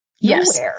Yes